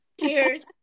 Cheers